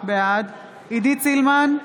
בעד עידית סילמן,